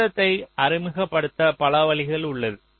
தாமதத்தை அறிமுகப்படுத்த பல வழிகள் உள்ளது